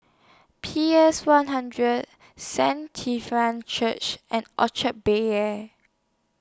P S one hundred Saint Church and Orchard Bel Air